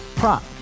prop